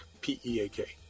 P-E-A-K